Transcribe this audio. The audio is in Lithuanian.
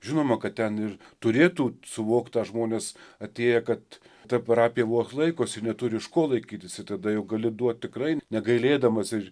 žinoma kad ten ir turėtų suvokt tą žmonės atėję kad ta parapija vos laikosi ir neturi iš ko laikytis ir tada jau gali duot tikrai negailėdamas ir